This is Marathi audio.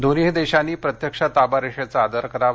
दोनही देशांनी प्रत्यक्ष ताबा रेषेचा आदर करावा